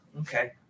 Okay